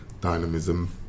dynamism